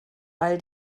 weil